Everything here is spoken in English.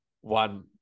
one